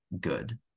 good